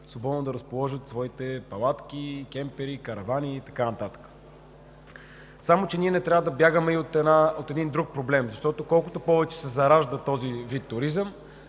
свободно да разположат своите палатки, кемпери, каравани и така нататък. Само че ние не трябва да бягаме и от един друг проблем. Колкото повече се заражда този вид туризъм,